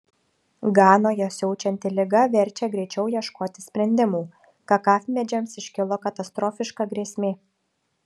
ganoje siaučianti liga verčia greičiau ieškoti sprendimų kakavmedžiams iškilo katastrofiška grėsmė